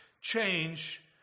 change